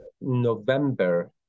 November